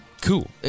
Cool